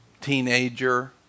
teenager